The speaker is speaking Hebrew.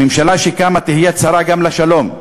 הממשלה שקמה תהיה צרה גם לשלום.